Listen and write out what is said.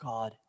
God